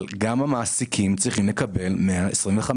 - אבל גם המעסיקים צריכים לקבל את אותו דבר.